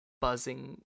buzzing